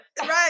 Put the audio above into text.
right